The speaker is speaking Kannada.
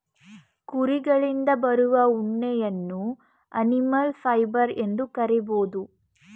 ಕುರಿಗಳಿಂದ ಬರುವ ಉಣ್ಣೆಯನ್ನು ಅನಿಮಲ್ ಫೈಬರ್ ಎಂದು ಕರಿಬೋದು